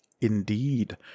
Indeed